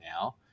now